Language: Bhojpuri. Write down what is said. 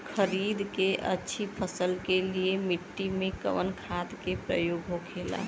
खरीद के अच्छी फसल के लिए मिट्टी में कवन खाद के प्रयोग होखेला?